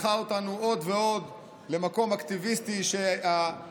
לקחה אותנו עוד ועוד למקום אקטיביסטי שאנחנו,